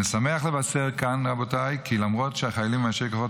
אני שמח לבשר כאן כי למרות שהחיילים ואנשי כוחות